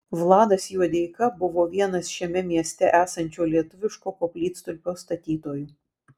vladas juodeika buvo vienas šiame mieste esančio lietuviško koplytstulpio statytojų